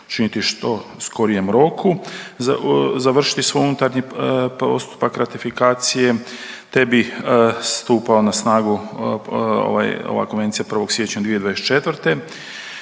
učiniti što u skorijem roku završiti svoj unutarnji postupak ratifikacije te bi stupao na snagu ova Konvencija 1. siječnja 2024.